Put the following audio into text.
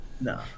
No